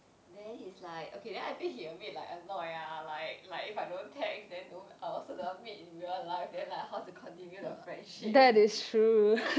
then he's like okay then I think he a bit like annoyed ah ya like like if I I don't text then I also don't wanna meet in real life then how to continue the friendship